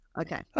Okay